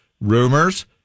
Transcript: Rumors